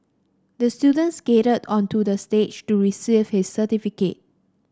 the student skated onto the stage to receive his certificate